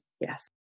Yes